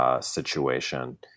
Situation